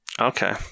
Okay